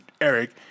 Eric